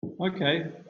Okay